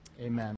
Amen